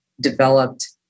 developed